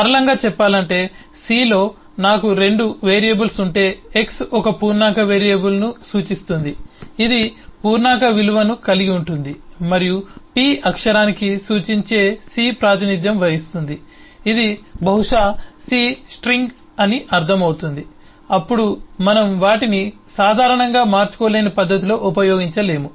సరళంగా చెప్పాలంటే సి లో నాకు 2 వేరియబుల్స్ ఉంటే x ఒక పూర్ణాంక వేరియబుల్ను సూచిస్తుంది ఇది పూర్ణాంక విలువను కలిగి ఉంటుంది మరియు p అక్షరానికి సూచించే సి ప్రాతినిధ్యం వహిస్తుంది ఇది బహుశా సి స్ట్రింగ్ అని అర్ధం అవుతుంది అప్పుడు మనము వాటిని సాధారణంగా మార్చుకోలేని పద్ధతిలో ఉపయోగించలేము